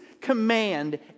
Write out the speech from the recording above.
command